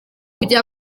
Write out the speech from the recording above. bya